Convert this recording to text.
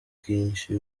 bwinshi